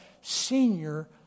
senior